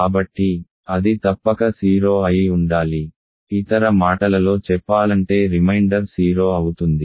కాబట్టి అది తప్పక 0 అయి ఉండాలి ఇతర మాటలలో చెప్పాలంటే రిమైండర్ 0 అవుతుంది